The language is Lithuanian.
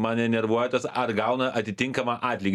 mane nervuoja tas ar gauna atitinkamą atlygį